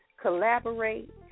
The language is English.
collaborate